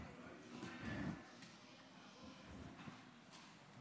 (חברי הכנסת מכבדים בקימה את זכרו של חבר הכנסת